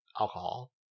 alcohol